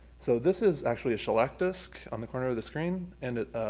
so this is actually a shellac disc on the corner of the screen and it